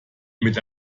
mit